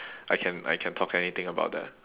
I can I can talk anything about the